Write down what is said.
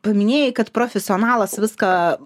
paminėjai kad profesionalas viską